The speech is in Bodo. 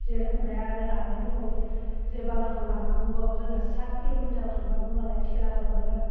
ओमफ्राय आरो लाबनायनि उनावबो जों बाराजफोराव लांनांगौब्लाबो जोंना सात किल'मिटाराव थांनांगौ नालाय थेलाफोरावनो